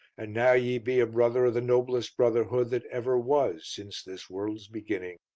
and now ye be a brother of the noblest brotherhood that ever was since this world's beginning,